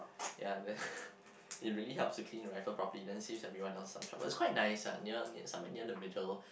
ya it really helps to clean the rifle properly then saves everyone ese some trouble it's quite nice ah near near some where near the middle